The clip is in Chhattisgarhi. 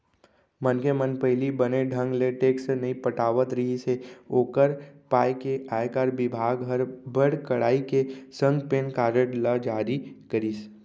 मनखे मन पहिली बने ढंग ले टेक्स नइ पटात रिहिस हे ओकर पाय के आयकर बिभाग हर बड़ कड़ाई के संग पेन कारड ल जारी करिस